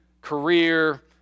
career